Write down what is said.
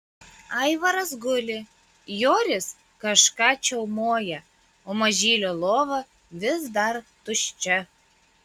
aivaras guli joris kažką čiaumoja o mažylio lova vis dar tuščia